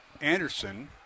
Anderson